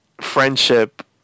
friendship